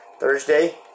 Thursday